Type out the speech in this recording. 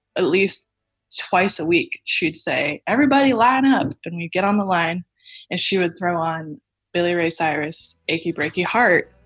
at least twice a week, she would say, everybody line up and you get on the line and she would throw on billy ray cyrus achy breaky heart